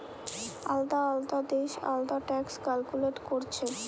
আলদা আলদা দেশ আলদা ট্যাক্স ক্যালকুলেট কোরছে